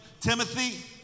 Timothy